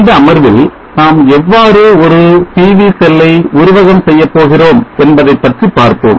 இந்த அமர்வில் நாம் எவ்வாறு ஒரு PV செல்லை உருவகம் செய்யப் போகிறோம் என்பதைப் பற்றி பார்ப்போம்